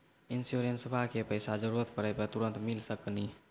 इंश्योरेंसबा के पैसा जरूरत पड़े पे तुरंत मिल सकनी?